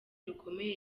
rukomeye